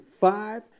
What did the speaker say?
five